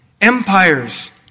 empires